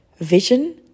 vision